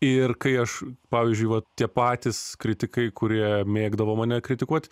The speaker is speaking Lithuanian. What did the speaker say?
ir kai aš pavyzdžiui vat tie patys kritikai kurie mėgdavo mane kritikuot